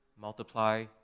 multiply